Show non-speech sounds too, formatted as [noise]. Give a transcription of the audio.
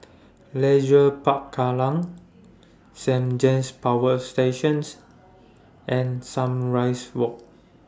[noise] Leisure Park Kallang Saint James Power Station and Sunrise Walk